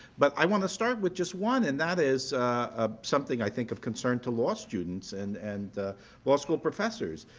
but i want to start with just one, and that is ah something i think of concern to law students and and law school professors.